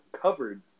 covered